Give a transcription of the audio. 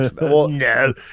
no